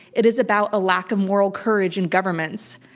it is about a lack of moral courage in governments.